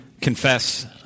confess